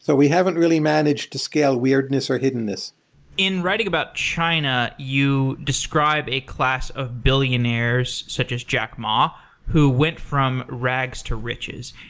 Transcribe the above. so we haven't really managed to scale weirdness or hiddenness in writing about china, you described a class of billionaires, such as jack ma, who went from rags to riches.